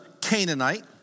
Canaanite